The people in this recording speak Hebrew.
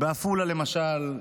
בעפולה, למשל,